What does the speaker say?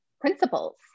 principles